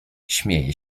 śmieje